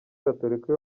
gatorika